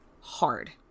Hard